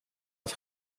att